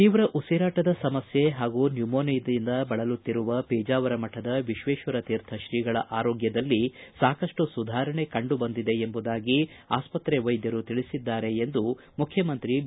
ತೀವ್ರ ಉಸಿರಾಟದ ಸಮಸ್ಥೆ ಹಾಗೂ ನ್ನುಮೊನಿಯಾದಿಂದ ಬಳಲುತ್ತಿರುವ ಪೇಜಾವರ ಮಠದ ವಿಶ್ವೇಶತೀರ್ಥ ಶ್ರೀಗಳ ಆರೋಗ್ಟದಲ್ಲಿ ಸಾಕಷ್ಟು ಸುಧಾರಣೆ ಕಂಡು ಬಂದಿದೆ ಎಂಬುದಾಗಿ ಆಸ್ತ್ರೆ ವೈದ್ಯರು ತಿಳಿಸಿದ್ದಾರೆ ಎಂದು ಮುಖ್ಯಮಂತ್ರಿ ಬಿ